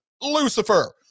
Lucifer